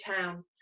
town